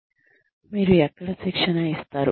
మీరు ఎక్కడ శిక్షణ ఇస్తారు